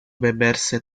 beberse